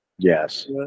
Yes